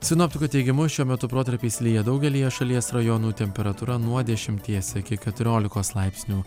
sinoptikų teigimu šiuo metu protarpiais lyja daugelyje šalies rajonų temperatūra nuo dešimties iki keturiolikos laipsnių